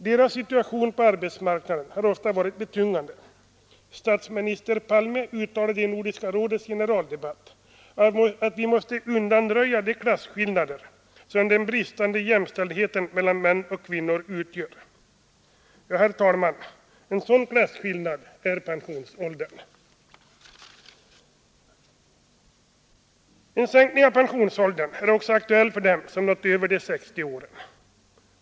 Deras situation på arbetsmarknaden har ofta varit betungande. Statsminister Palme uttalade i Nordiska rådets generaldebatt att vi måste undanröja de klasskillnader som den bristande jämställdheten mellan män och kvinnor utgör. En sådan klasskillnad är pensionsåldern. En sänkning av pensionsåldern är också aktuell för dem som nått över de 60 åren.